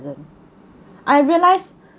I realize